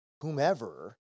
whomever